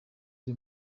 ari